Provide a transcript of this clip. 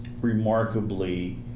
remarkably